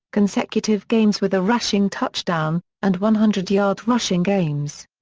consecutive games with a rushing touchdown, and one hundred yard rushing games.